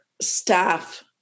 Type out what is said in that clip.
staff